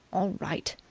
all right.